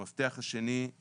המפתח השני הוא